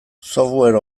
software